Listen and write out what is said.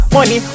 Money